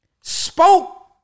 spoke